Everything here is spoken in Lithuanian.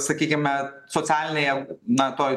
sakykime socialinėje na toj